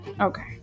Okay